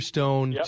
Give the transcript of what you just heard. Stone